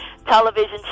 television